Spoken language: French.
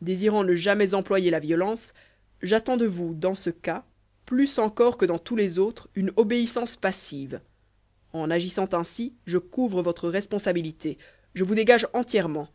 désirant ne jamais employer la violence j'attends de vous dans ce cas plus encore que dans tous les autres une obéissance passive en agissant ainsi je couvre votre responsabilité je vous dégage entièrement